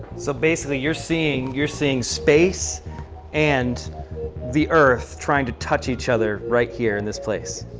so basically you're seeing you're seeing space and the earth trying to touch each other right here in this place.